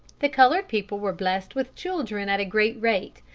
the colored people were blessed with children at a great rate,